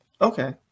Okay